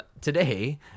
today